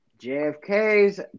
JFK's